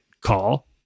call